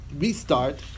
restart